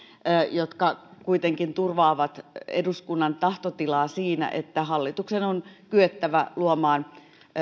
jotka kuitenkin turvaavat eduskunnan tahtotilaa siinä että hallituksen on kyettävä luomaan